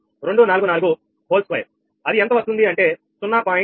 05244 whole square అది ఎంత వస్తుంది అంటే 0